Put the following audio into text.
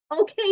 okay